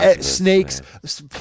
snakes